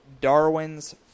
Darwin's